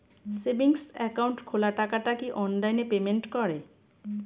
Savings account খোলা টাকাটা কি অনলাইনে পেমেন্ট করে?